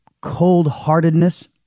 cold-heartedness